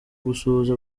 gusuhuza